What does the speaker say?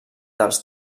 dels